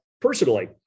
personally